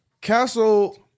Castle